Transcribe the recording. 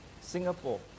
Singapore